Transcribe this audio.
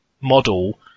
model